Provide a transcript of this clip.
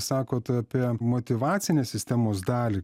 sakot apie motyvacinės sistemos dalį